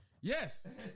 Yes